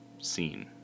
scene